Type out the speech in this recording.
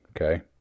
okay